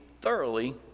thoroughly